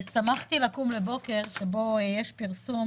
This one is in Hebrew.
ושמחתי לקום בבוקר שבו יש פרסום